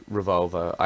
revolver